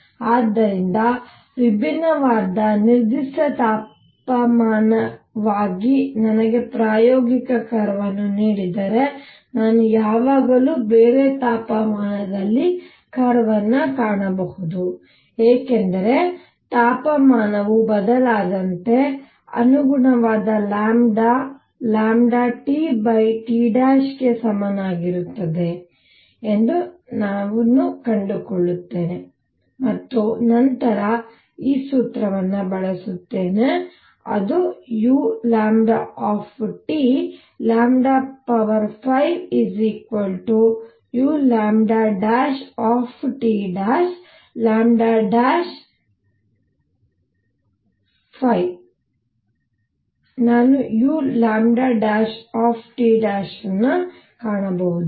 ಆದ್ದರಿಂದ ವಿಭಿನ್ನವಾದ ನಿರ್ದಿಷ್ಟ ತಾಪಮಾನವಾಗಿ ನನಗೆ ಪ್ರಾಯೋಗಿಕ ಕರ್ವ್ ಅನ್ನು ನೀಡಿದರೆ ನಾನು ಯಾವಾಗಲೂ ಬೇರೆ ತಾಪಮಾನದಲ್ಲಿ ಕರ್ವ್ ಅನ್ನು ಕಾಣಬಹುದು ಏಕೆಂದರೆ ತಾಪಮಾನವು ಬದಲಾದಂತೆ ಅನುಗುಣವಾದ TTಸಮನಾಗಿರುತ್ತದೆ ಎಂದು ನಾನು ಕಂಡುಕೊಳ್ಳುತ್ತೇನೆ ಮತ್ತು ನಂತರ ಈ ಸೂತ್ರವನ್ನು ಬಳಸುತ್ತೇನೆ ಅದು u 5 uT' 5 ನಾನು uλT' ಅನ್ನು ಕಾಣಬಹುದು